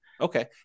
Okay